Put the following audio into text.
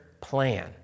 plan